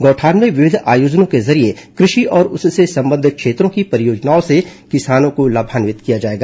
गौठान में विविध आयोजनों के जरिये कृषि और उससे संबंद्व क्षेत्रों की परियोजनाओं से किसानों को लाभान्वित किया जाएगा